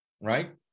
Right